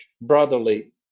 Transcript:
brotherly